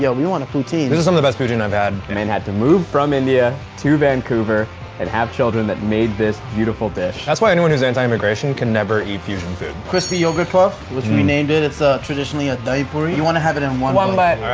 yeah we want a poutine. this is some of the best poutine i've had. man and had to move from india to vancouver and have children that made this beautiful dish. that's why anyone whose anti-immigration can never eat fusion food. crispy yogurt puff which we we named it. it's ah traditionally a dahi puri. you want to have it in one one bite.